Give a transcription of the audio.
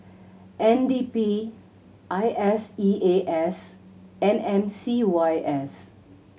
N D P I S E A S and M C Y S